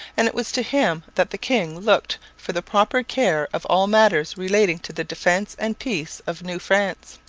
and it was to him that the king looked for the proper care of all matters relating to the defence and peace of new france.